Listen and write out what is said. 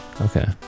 okay